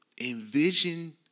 Envision